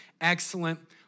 excellent